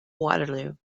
waterloo